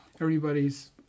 everybody's